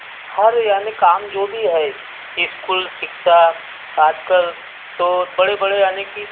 हर यानी काम जो भी है स्कूल शिक्षा आज कल तो बड़े बड़े आने की